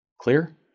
Clear